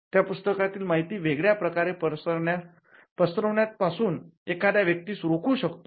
त्या पुस्तकातील माहिती वेगळ्या प्रकारे पसरवण्यात पासून एखाद्या व्यक्तीस रोखू शकतो